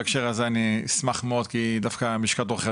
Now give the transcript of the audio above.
בהקשר הזה אני אשמח מאוד כי דווקא עם לשכת עורכי